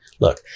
Look